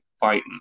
fighting